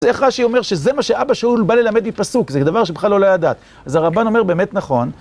אז איך רש"י שאומר שזה מה שאבא שאול בא ללמד מפסוק, זה דבר שבכלל לא יעלה על הדעת. אז הרמב"ן אומר באמת נכון.